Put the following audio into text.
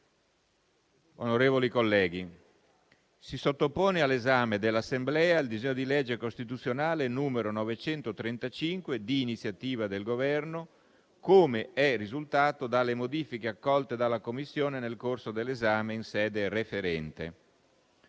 onorevoli colleghi, si sottopone all'esame dell'Assemblea il disegno di legge costituzionale n. 935 di iniziativa del Governo, come è risultato dalle modifiche accolte dalla Commissione nel corso dell'esame in sede referente.